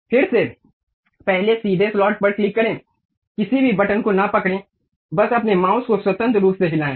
फिर से पहले सीधे स्लॉट पर क्लिक करें किसी भी बटन को न पकड़ें बस अपने माउस को स्वतंत्र रूप से हिलाये